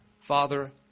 Father